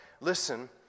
Listen